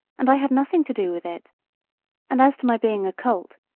and i had nothing to do with it and as to my being a colt,